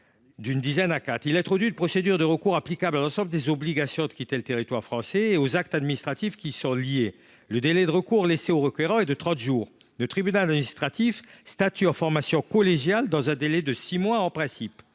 une bonne idée. Il introduit une de recours applicable à l’ensemble des obligations de quitter le territoire français et aux actes administratifs qui y sont liés. Le délai de recours laissé au requérant est de trente jours. Le tribunal administratif statue en formation collégiale, en principe dans un délai de six mois. Cette